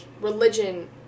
religion